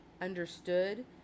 understood